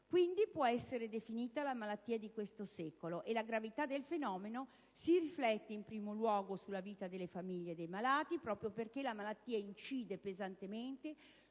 dunque, essere definita la malattia di questo secolo. La gravità del fenomeno si riflette in primo luogo sulla vita delle famiglie dei malati, proprio perché la malattia incide pesantemente